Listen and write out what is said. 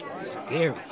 Scary